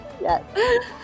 Yes